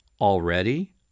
Already